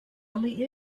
really